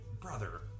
Brother